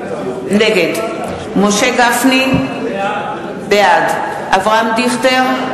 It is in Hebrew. נגד משה גפני, בעד אברהם דיכטר,